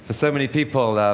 so many people